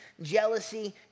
jealousy